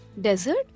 Desert